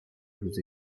vous